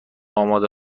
آماده